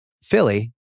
Philly